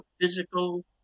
physical